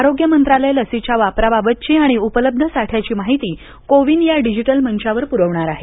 आरोग्य मंत्रालय लशीच्या वापराबाबतची आणि उपलब्ध साठ्याची माहिती को विन या डिजिटल मंचावर पुरवणार आहे